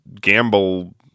gamble